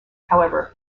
however